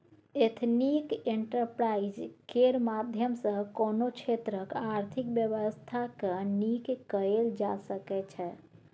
ethnic enterprise केर माध्यम सँ कोनो क्षेत्रक आर्थिक बेबस्था केँ नीक कएल जा सकै छै